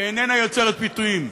שאיננה יוצרת פיתויים,